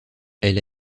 elle